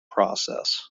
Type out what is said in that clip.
process